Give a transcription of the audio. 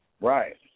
Right